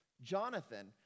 Jonathan